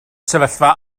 sefyllfa